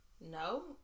no